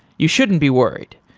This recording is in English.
you shouldn't be worried.